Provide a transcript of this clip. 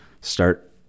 start